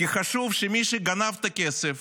כי חשוב שמי שגנב את הכסף